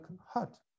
hut